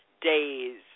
days